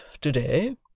to-day